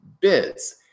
bids